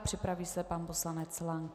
Připraví se pan poslanec Lank.